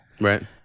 Right